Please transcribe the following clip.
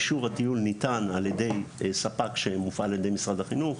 הטיול ניתן על ידי ספק שמופעל על ידי משרד החינוך.